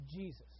Jesus